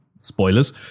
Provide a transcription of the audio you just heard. spoilers